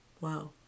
wow